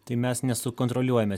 tai mes nesukontroliuojame